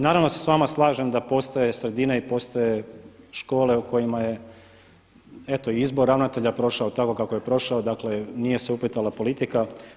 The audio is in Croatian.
Naravno da se s vama slažem da postoje sredine i postoje škole o kojima je eto izbor ravnatelja prošao tako kako je prošao dakle, nije se upetljala politika.